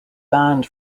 banned